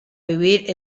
vivir